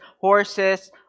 horses